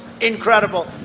incredible